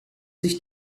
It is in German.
sich